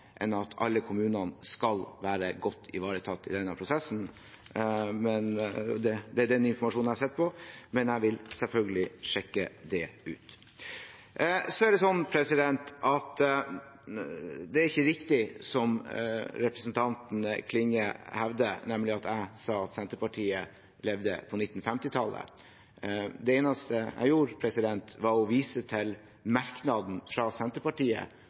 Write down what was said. enn at alle kommunene skal være godt ivaretatt i denne prosessen. Det er den informasjonen jeg sitter på, men jeg vil selvfølgelig sjekke det ut. Det er ikke riktig som representanten Klinge hevder, nemlig at jeg sa at Senterpartiet levde på 1950-tallet. Det eneste jeg gjorde, var å vise til merknaden fra Senterpartiet